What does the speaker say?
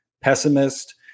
pessimist